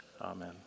Amen